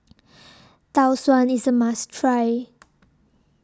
Tau Suan IS A must Try